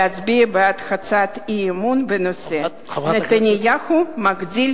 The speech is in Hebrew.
להצביע בעד הצעת אי-אמון בנושא: נתניהו מגדיל,